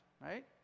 right